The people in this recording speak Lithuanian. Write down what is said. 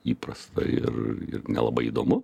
įprasta ir ir nelabai įdomu